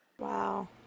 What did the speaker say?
Wow